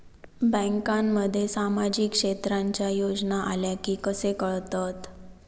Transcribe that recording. बँकांमध्ये सामाजिक क्षेत्रांच्या योजना आल्या की कसे कळतत?